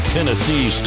Tennessee